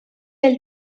del